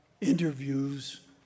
interviews